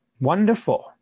Wonderful